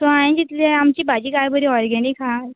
so हांवे चितलें आमची भाजी काय बरी ओर्गेनीक हा